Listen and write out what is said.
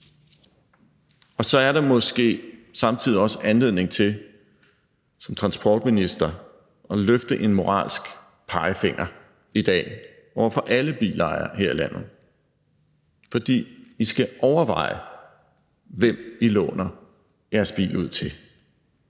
Så er der måske samtidig også anledning til som transportminister i dag at løfte en moralsk pegefinger over for alle bilejere her i landet: I skal overveje, hvem I låner jeres bil ud til.